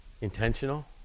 intentional